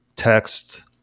Text